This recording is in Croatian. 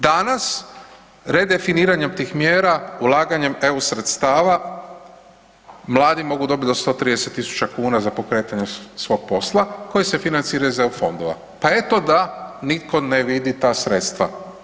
Danas redefiniranjem tih mjera, ulaganjem EU sredstava, mladi mogu dobit do 130 000 kn za pokretanje svog posla koji se financira iz EU fondova, pa eto da nitko ne vidi ta sredstava.